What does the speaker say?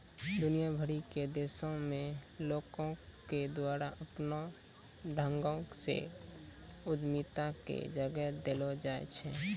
दुनिया भरि के देशो मे लोको के द्वारा अपनो ढंगो से उद्यमिता के जगह देलो जाय छै